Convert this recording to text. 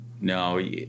no